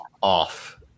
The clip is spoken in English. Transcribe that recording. off